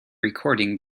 recording